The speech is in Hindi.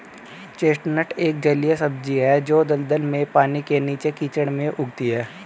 चेस्टनट एक जलीय सब्जी है जो दलदल में, पानी के नीचे, कीचड़ में उगती है